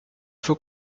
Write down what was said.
faut